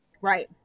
Right